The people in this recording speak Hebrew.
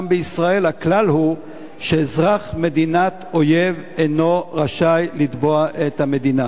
גם בישראל הכלל הוא שאזרח מדינת אויב אינו רשאי לתבוע את המדינה.